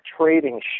trading